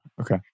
okay